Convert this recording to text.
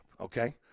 okay